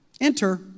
Enter